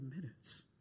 minutes